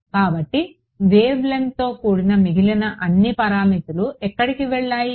కాబట్టి వేవ్ లెంగ్త్తో కూడిన మిగిలిన అన్ని పారామితులు ఎక్కడికి వెళ్లాయి